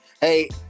Hey